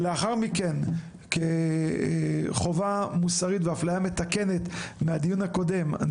לאחר מכן כחובה מוסרית ואפליה מתקנת מהדיון הקודם אני